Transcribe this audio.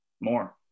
more